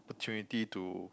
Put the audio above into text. opportunity to